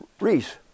Reese